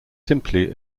simply